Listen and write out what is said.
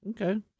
Okay